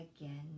again